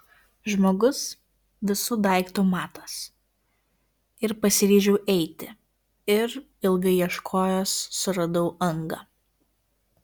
žmogus visų daiktų matas ir pasiryžau eiti ir ilgai ieškojęs suradau angą